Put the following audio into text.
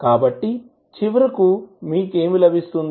కాబట్టి చివరకు మీకు ఏమి లభిస్తుంది